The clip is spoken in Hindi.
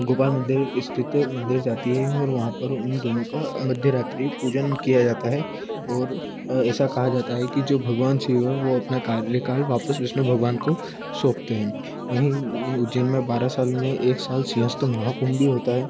गोपाल मंदिर स्तिथियों मंदिर से जाती है और वहाँ पर उन दोनों का मध्य रात्री पूजन किया जाता है और ऐसा कहा जाता है कि जो भगवान शिव हैं वह अपना कार्यकाल वापस विष्णु भगवान को सौपते हैं वहीं उज्जैन में बारह साल में एक साल सिंहस्त महाकुम्भ भी होता है